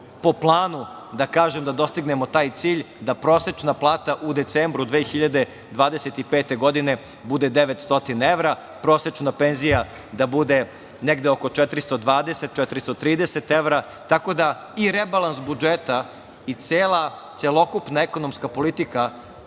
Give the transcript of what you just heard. po planu, da kažem da dostignemo taj cilj, prosečna plata u decembru 2025. godine bude 900 evra, prosečna penzija da bude negde oko 420/430 evra. Tako da i rebalans budžeta i celokupna ekonomska politika